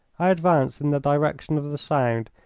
i advanced in the direction of the sound,